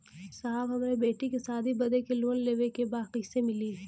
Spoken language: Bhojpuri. साहब हमरे बेटी के शादी बदे के लोन लेवे के बा कइसे मिलि?